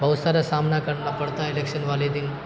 بہت سارا سامنا کرنا پڑتا ہے الیکشن والے دن